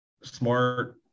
smart